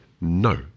No